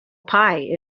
pie